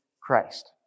Christ